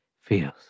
feels